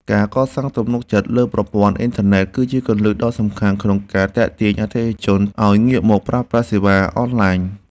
ការកសាងទំនុកចិត្តលើប្រព័ន្ធអ៊ីនធឺណិត គឺជាគន្លឹះដ៏សំខាន់ក្នុងការទាក់ទាញអតិថិជនឱ្យងាកមកប្រើប្រាស់សេវាអនឡាញ។